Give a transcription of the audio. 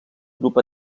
grup